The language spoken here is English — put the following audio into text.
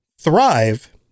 thrive